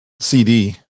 CD